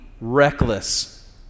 reckless